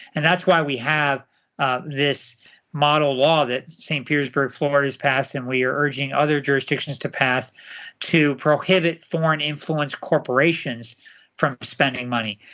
and that's why we have this model law that st. petersburg, florida has passed, and we are urging other jurisdictions to pass to prohibit foreign influence corporations from spending money.